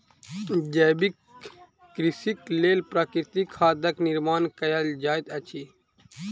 जैविक कृषिक लेल प्राकृतिक खादक निर्माण कयल जाइत अछि